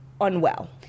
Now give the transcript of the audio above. unwell